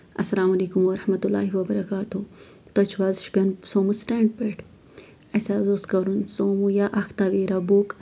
السلام علیکم ورحمتہ اللہ وبرکاتہ تُہۍ چھِو حظ شُوپین سومو سِٹینٛڈ پٮ۪ٹھ اَسہِ حظ اوس کَرُن سومو یا اکھ تَویرا بُک